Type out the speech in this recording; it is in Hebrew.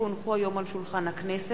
כי הונחו היום על שולחן הכנסת